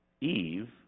Eve